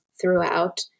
throughout